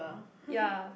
ya